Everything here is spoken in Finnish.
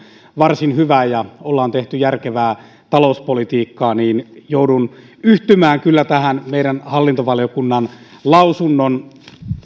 varsin hyvä ja ollaan tehty järkevää talouspolitiikkaa niin joudun yhtymään kyllä tähän meidän hallintovaliokunnan